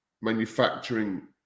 manufacturing